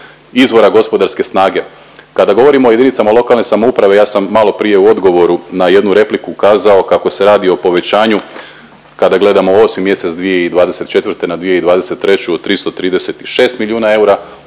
izvora gospodarske snage. Kada govorimo o jedinicama lokalne samouprave ja sam malo prije u odgovoru na jednu repliku kazao kako se radi o povećanju kada gledamo 8 mjesec 2024. na 2023. od 336 milijuna eura.